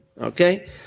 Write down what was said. Okay